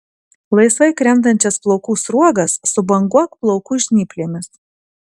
laisvai krentančias plaukų sruogas subanguok plaukų žnyplėmis